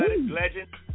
legend